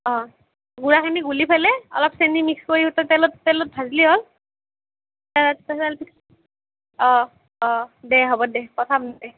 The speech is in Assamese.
অঁ গুড়াখিনি গুলি ফেলে অলপ চেনী মিক্স কৰি তাৰ তেলত তেলত ভাজলি হ'ল তাৰপিছত অঁ অঁ দে হ'ব দে পঠাম দে